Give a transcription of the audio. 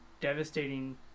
devastating